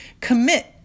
commit